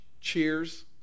Cheers